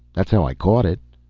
that's how i caught it.